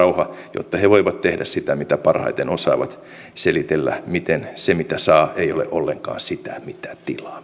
jotta he voivat tehdä sitä mitä parhaiten osaavat selitellä miten se mitä saa ei ole ollenkaan sitä mitä tilaa